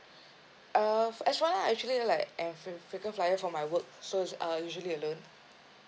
err as well I actually like a fre~ frequent flyer for my work so is uh usually alone